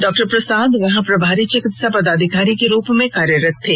डॉ प्रसाद वहां पर प्रभारी चिकित्सा पदाधिकारी के रूप में कार्यरत थे